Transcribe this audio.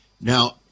Now